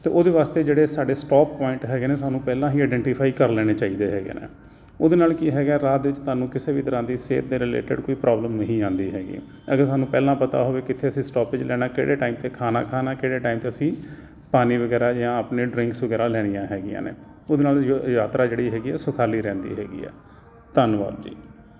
ਅਤੇ ਉਹਦੇ ਵਾਸਤੇ ਜਿਹੜੇ ਸਾਡੇ ਸਟੋਪ ਪੁਆਇੰਟ ਹੈਗੇ ਨੇ ਸਾਨੂੰ ਪਹਿਲਾਂ ਹੀ ਆਡੈਂਟੀਫਾਈ ਕਰ ਲੈਣੇ ਚਾਹੀਦੇ ਹੈਗੇ ਨੇ ਉਹਦੇ ਨਾਲ ਕੀ ਹੈਗਾ ਰਾਹ ਦੇ ਵਿੱਚ ਤੁਹਾਨੂੰ ਕਿਸੇ ਵੀ ਤਰ੍ਹਾਂ ਦੀ ਸਿਹਤ ਦੇ ਰਿਲੇਟਡ ਕੋਈ ਪ੍ਰੋਬਲਮ ਨਹੀਂ ਆਉਂਦੀ ਹੈਗੀ ਅਗਰ ਸਾਨੂੰ ਪਹਿਲਾਂ ਪਤਾ ਹੋਵੇ ਫੇਰ ਅਸੀਂ ਸਟੋਪੇਜ ਲੈਣਾ ਕਿਹੜੇ ਟਾਈਮ 'ਤੇ ਖਾਣਾ ਖਾਣਾ ਕਿਹੜੇ ਟਾਈਮ 'ਤੇ ਅਸੀਂ ਪਾਣੀ ਵਗੈਰਾ ਜਾਂ ਆਪਣੇ ਡ੍ਰਿੰਕਸ ਵਗੈਰਾ ਲੈਣੀਆਂ ਹੈਗੀਆਂ ਨੇ ਉਹਦੇ ਨਾਲ ਯਾਤਰਾ ਜਿਹੜੀ ਹੈਗੀ ਸੁਖਾਲੀ ਰਹਿੰਦੀ ਹੈਗੀ ਆ ਧੰਨਵਾਦ ਜੀ